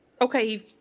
Okay